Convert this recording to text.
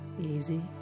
easy